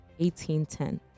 18.10